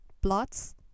Blots